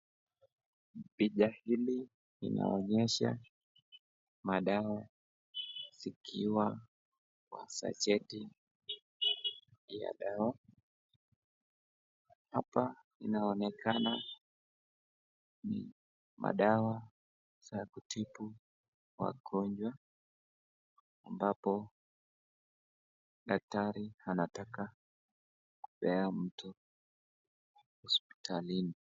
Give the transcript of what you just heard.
Picha hili linaonesha madawa zikiwa kwa sacheti ya dawa. Hapa inaonekana madawa za kutibu wagonjwa ambapo daktari anataka kupea mtu hospitalini.